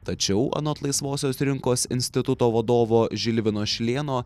tačiau anot laisvosios rinkos instituto vadovo žilvino šilėno